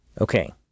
Okay